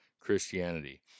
Christianity